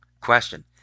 Question